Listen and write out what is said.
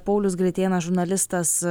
paulius gritėnas žurnalistas